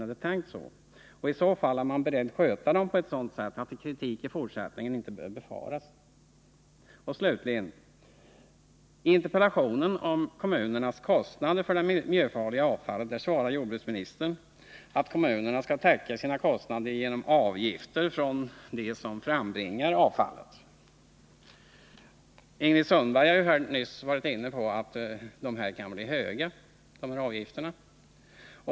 Är man i så fall beredd att sköta dem på ett sådant sätt att kritik i fortsättningen inte behöver befaras? Slutligen: På min sista fråga i interpellationen om kommunernas kostnader för det miljöfarliga avfallet svarar jordbruksministern att kommunerna skall täcka sina kostnader genom avgifter från dem som frambringar avfallet. Ingrid Sundberg har ju nyss varit inne på att dessa avgifter kan bli höga.